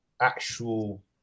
actual